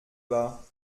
bas